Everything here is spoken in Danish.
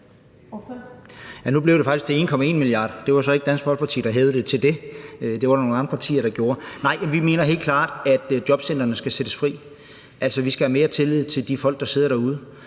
Nu blev det faktisk til 1,1 mia. kr. Det var så ikke Dansk Folkeparti, der fik hævet det til det; det var der nogle andre partier der gjorde. Nej, vi mener helt klart, at jobcentrene skal sættes fri. Altså, vi skal have mere tillid til de folk, der sidder derude.